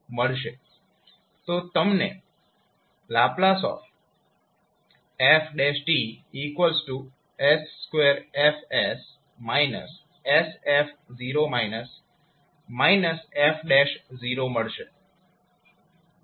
તો તમને ℒfs2F s f f મળશે